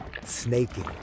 snaking